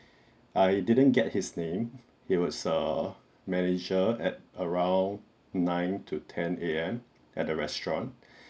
I didn't get his name he was err manager at around nine to ten A M at the restaurant